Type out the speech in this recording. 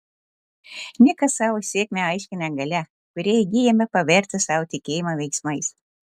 nikas savo sėkmę aiškina galia kurią įgyjame pavertę savo tikėjimą veiksmais